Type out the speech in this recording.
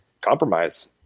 compromise